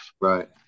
Right